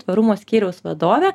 tvarumo skyriaus vadovė